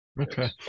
Okay